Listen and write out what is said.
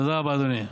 תודה רבה, אדוני.